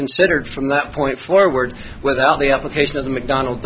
considered from that point forward without the application of the mcdon